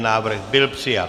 Návrh byl přijat.